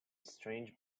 strange